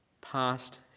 past